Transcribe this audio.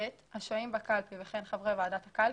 השוהים בקלפי וכן חברי ועדת הקלפי,